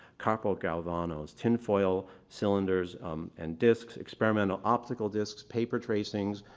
copper galvanos, tin foil cylinders and discs, experimental optical discs, paper tracings,